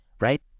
right